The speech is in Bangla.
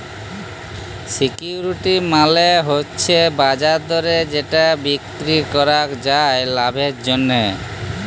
সিকিউরিটি মালে হচ্যে বাজার দরে যেটা বিক্রি করাক যায় লাভের জন্যহে